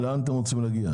לאן אתם רוצים להגיע?